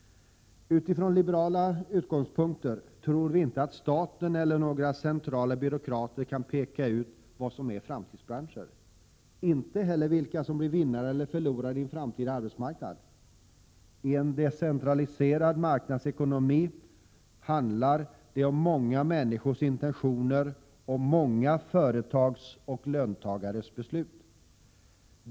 Utifrån liberala utgångspunkter tror vi inte att staten eller några centrala byråkrater kan peka ut vad som är framtidsbranscher, inte heller vilka som blir vinnare eller förlorare i en framtida arbetsmarknad. I en decentraliserad marknadsekonomi handlar det om många människors intentioner och många företags och löntagares beslut.